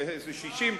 איזה 60,